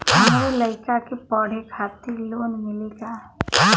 हमरे लयिका के पढ़े खातिर लोन मिलि का?